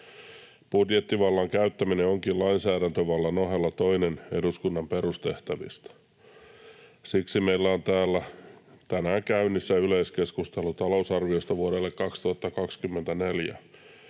Budjettivallan käyttäminen onkin lainsäädäntövallan ohella toinen eduskunnan perustehtävistä, ja siksi meillä on täällä tänään käynnissä yleiskeskustelu talousarviosta vuodelle 2024.